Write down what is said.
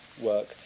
work